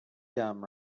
dumb